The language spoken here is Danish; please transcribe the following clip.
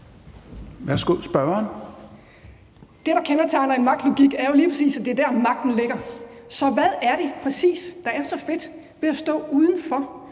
Olldag (RV): Det, der kendetegner en magtlogik, er jo lige præcis, at det er der, magten ligger. Så hvad er det præcis, der er så fedt ved hele tiden